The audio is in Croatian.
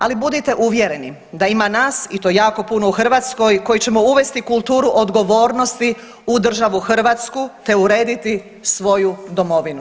Ali budite uvjereni da ima nas i to jako puno u Hrvatskoj koji ćemo uvesti kulturu odgovornosti u državu Hrvatsku te urediti svoju domovinu.